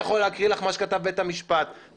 עניין השוויון נפגע פה.